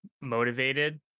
motivated